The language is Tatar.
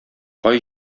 кай